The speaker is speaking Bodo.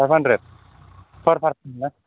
फाइभ हाण्ड्रेड पार पारसन ना